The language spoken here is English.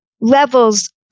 levels